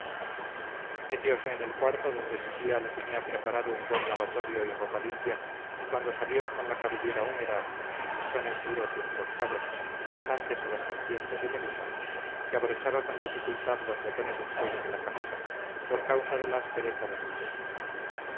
metiose en el cuarto donde su tía le tenía preparado un buen lavatorio y ropa limpia y cuando salió con la cabellera húmeda en mechones duros y enroscados semejantes a las serpientes de medusa se abrochaba con dificultad los botones del cuello de la camisa por causa de la aspereza de sus dedos